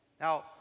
now